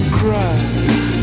cries